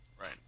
Right